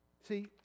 See